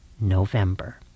November